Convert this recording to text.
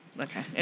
Okay